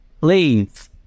please